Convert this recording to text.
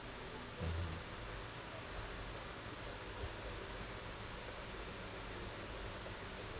hmm